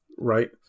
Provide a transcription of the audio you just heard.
Right